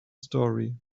story